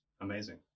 Amazing